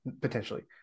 potentially